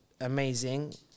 amazing